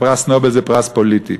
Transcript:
ופרס נובל זה פרס פוליטי.